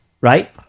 right